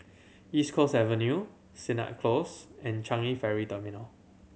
East Coast Avenue Sennett Close and Changi Ferry Terminal